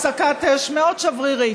הפסקת אש מאוד שברירית.